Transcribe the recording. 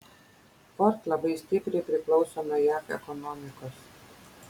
ford labai stipriai priklauso nuo jav ekonomikos